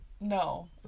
No